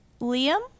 Liam